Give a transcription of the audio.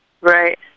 Right